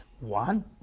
One